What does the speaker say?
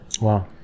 wow